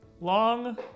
long